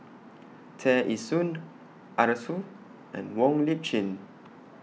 Tear Ee Soon Arasu and Wong Lip Chin